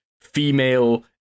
female